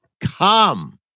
come